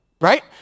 Right